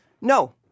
No